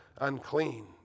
unclean